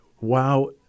Wow